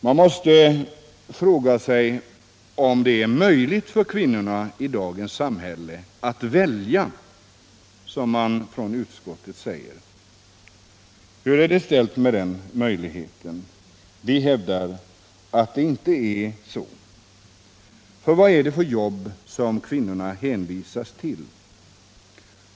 Man måste fråga sig om det är möjligt för kvinnorna i dagens samhälle att välja, som utskottet uttrycker det. Hur är det ställt med den möjligheten? Vi hävdar att det inte är så. För vad är det för jobb som kvinnorna hänvisas till?